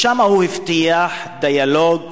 שם הוא הבטיח דיאלוג,